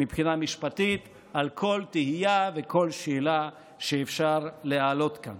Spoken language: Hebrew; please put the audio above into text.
מבחינה משפטית על כל תהייה וכל שאלה שאפשר להעלות כאן.